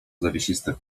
zawiesisty